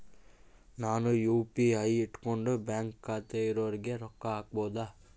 ನಾನು ಯು.ಪಿ.ಐ ಇಟ್ಕೊಂಡು ಬ್ಯಾಂಕ್ ಖಾತೆ ಇರೊರಿಗೆ ರೊಕ್ಕ ಹಾಕಬಹುದಾ?